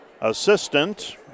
assistant